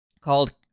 called